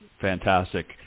Fantastic